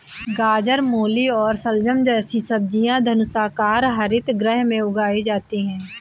गाजर, मूली और शलजम जैसी सब्जियां धनुषाकार हरित गृह में उगाई जाती हैं